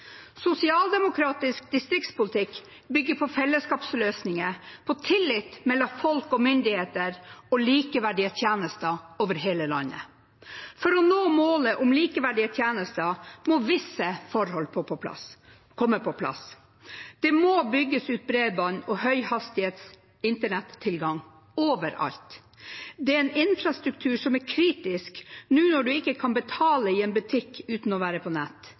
Sosialdemokratisk distriktspolitikk bygger på fellesskapsløsninger, på tillit mellom folk og myndigheter og likeverdige tjenester over hele landet. For å nå målet om likeverdige tjenester må visse forhold komme på plass: Det må bygges ut bredbånd og høyhastighets internettilgang overalt. Det er en infrastruktur som er kritisk nå når man ikke kan betale i en butikk uten å være på nett.